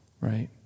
right